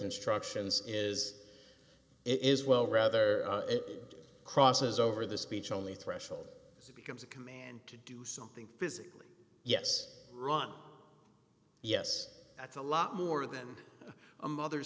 instructions is it is well rather it crosses over the speech only threshold it becomes a command to do something physically yes ron yes that's a lot more than a mother